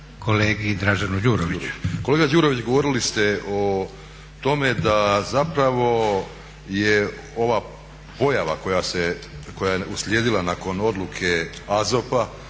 Kolega Đurović govorili ste o tome da zapravo je ova pojava koja je uslijedila nakon odluke AZOP-a